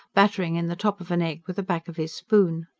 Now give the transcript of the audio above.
battering in the top of an egg with the back of his spoon.